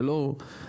זה לא קונקרטי.